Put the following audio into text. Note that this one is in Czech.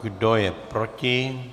Kdo je proti?